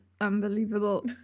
unbelievable